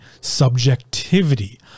subjectivity